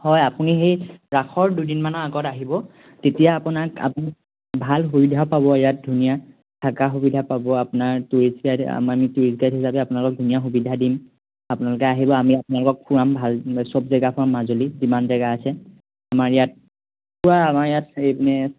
হয় আপুনি সেই ৰাসৰ দুদিনমানৰ আগত আহিব তেতিয়া আপোনাক আপুনি ভাল সুবিধাও পাব ইয়াত ধুনীয়া থকা সুবিধা পাব আপোনাৰ টুৰিষ্ট গাইডে আমাৰ আমি টুৰিষ্ট গাইড হিচাপে আপোনালোকক ধুনীয়া সুবিধা দিম আপোনালোকে আহিব আমি আপোনালোকক ফুৰাম ভাল সব জেগা ফুৰাম মাজুলী যিমান জেগা আছে আমাৰ ইয়াত পূৰা আমাৰ ইয়াত সেই মানে